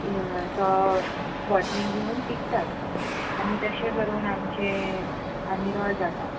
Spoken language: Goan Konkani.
तो बोटलीन दिवन इकतात आनी तशें करून आमचें आनी निरो जाता